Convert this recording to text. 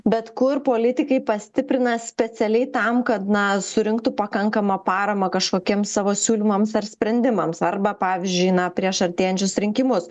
bet kur politikai pastiprina specialiai tam kad na surinktų pakankamą paramą kažkokiems savo siūlymams ar sprendimams arba pavyzdžiui na prieš artėjančius rinkimus